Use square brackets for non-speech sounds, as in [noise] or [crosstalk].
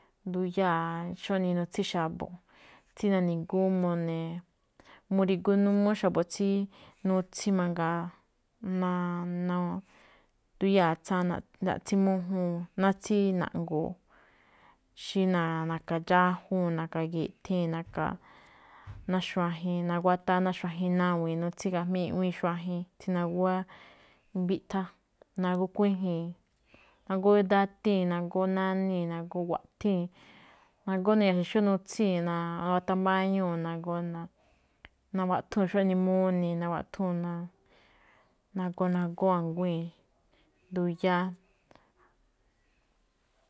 Nduyáa̱ xane nutsín xa̱bo̱, tsí na̱ni̱gúún mone̱. Muri̱gu n [hesitation] úú xa̱bo̱ tsí, nutsín mangaa, [hesitation] nduyáa̱ gaꞌtsín mújúun, náá tsí na̱ꞌngo̱o̱. Xí na̱ka̱ dxájúu̱n, na̱ka̱ ge̱ꞌthii̱n, na̱ka̱ ná xuajen, naguataa ná xuajen, nawi̱i̱n nutsín gajmíi̱n iꞌwíin xuajen, tsí naguwá mbiꞌthá. Nagóó kuíji̱i̱n, nagóó tátii̱n, nagóó nánii̱n, nagóó guaꞌthíi̱n. Nagóó nu̱ya̱xe̱ xó nutsíi̱n, natambáñuu̱, nagoo nawaꞌthúu̱n xóne muni̱i̱ nawaꞌthúu̱n. Nagóó a̱nguíi̱n, nduyáá.